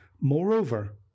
Moreover